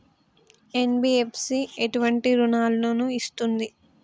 NBFC ఎటువంటి రుణాలను ఇస్తుంది?